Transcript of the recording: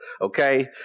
okay